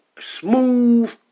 smooth